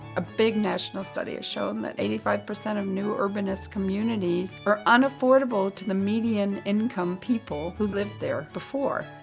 a big national study has shown that eighty five percent of new urbanist communities are unaffordable to the median income people who lived there before.